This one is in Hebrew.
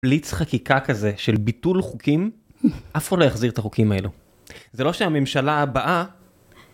בליץ חקיקה כזה של ביטול חוקים, אף אחד לא יחזיר את החוקים האלו. זה לא שהממשלה הבאה...